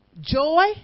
joy